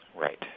Right